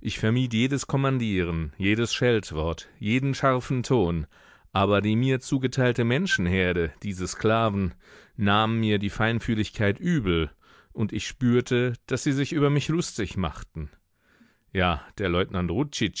ich vermied jedes kommandieren jedes scheltwort jeden scharfen ton aber die mir zugeteilte menschenherde diese sklaven nahmen mir die feinfühligkeit übel und ich spürte daß sie sich über mich lustig machten ja der leutnant ruzi